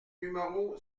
numéro